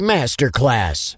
Masterclass